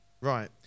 Right